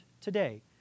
today